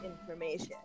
information